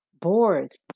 boards